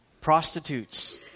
prostitutes